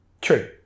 true